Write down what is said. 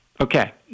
Okay